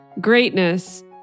greatness